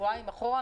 שבועיים אחורה,